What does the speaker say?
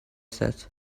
said